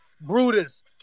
Brutus